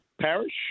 parish